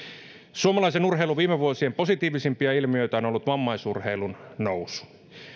suomalaisen urheilun viime vuosien positiivisimpia ilmiöitä on on ollut vammaisurheilun nousu